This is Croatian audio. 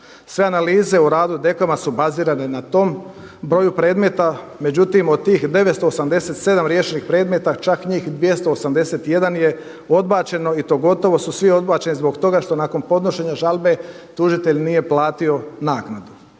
Sve analize u radu DKOM-a su bazirane na tom broju predmeta, međutim od tih 987 riješenih predmeta čak njih 281 je odbačeno i to gotovo su svi odbačeni zbog toga što nakon podnošenja žalbe tužitelj nije platio naknadu.